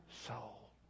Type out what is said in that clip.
soul